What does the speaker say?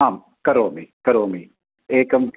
आं करोमि करोमि एकम्